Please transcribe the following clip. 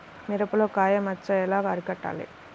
మిరపలో కాయ మచ్చ ఎలా అరికట్టాలి?